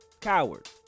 coward